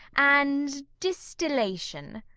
and distillation.